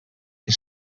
que